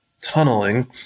tunneling